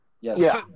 yes